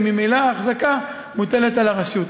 וממילא האחזקה מוטלת על הרשות.